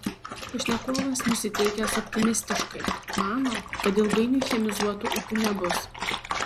pašnekovas nusiteikęs optimistiškai mano kad ilgainiui chemizuotų ūkių nebus